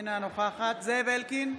אינה נוכחת זאב אלקין,